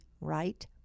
right